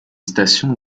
stations